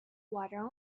water